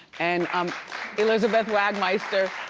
and um elizabeth wagmeister,